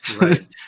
Right